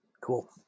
Cool